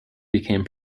became